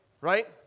right